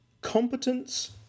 Competence